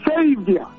Savior